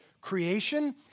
creation